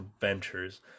ventures